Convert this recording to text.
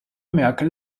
merkel